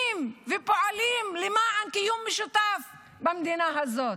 ופועלים למען קיום משותף במדינה הזאת.